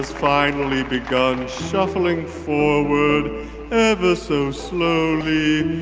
finally begun shuffling forward ever so slowly.